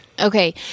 Okay